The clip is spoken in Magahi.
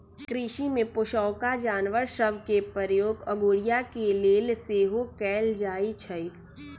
कृषि में पोशौआका जानवर सभ के प्रयोग अगोरिया के लेल सेहो कएल जाइ छइ